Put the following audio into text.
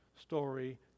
story